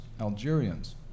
Algerians